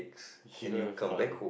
she go have fun